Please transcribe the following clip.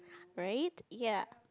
right ya